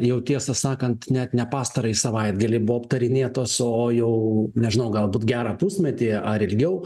jau tiesą sakant net ne pastarąjį savaitgalį buvo aptarinėtos o jau nežinau galbūt gerą pusmetį ar ilgiau